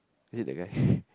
is it that guy